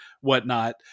whatnot